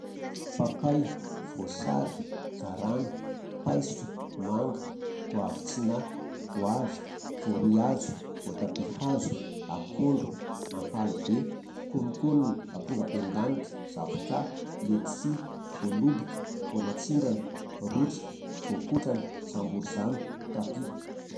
papay, voasary, garana, paiso, manga, goavy tsinahy, goavy, voaroihazo, voatabia hazo, akondro, ampalibe, kononkonona, ampongaben-danitra, zavoka, ledisy, voaloboka, voanantsindrana, rotra, voankotrana, zamborizano, tapia